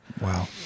Wow